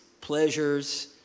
pleasures